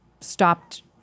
stopped